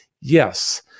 yes